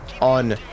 on